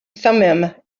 thummim